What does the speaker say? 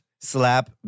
slap